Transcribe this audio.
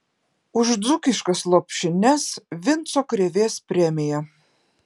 už dzūkiškas lopšines vinco krėvės premija